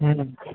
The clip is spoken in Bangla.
হুম